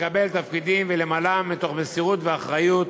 נכונות לקבל תפקידים ולמלאם מתוך מסירות ואחריות,